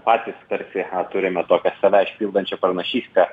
patys tarsi a turime tokią save išpildančią pranašystę